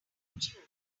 fortune